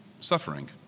Suffering